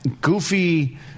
goofy